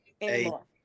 anymore